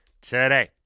today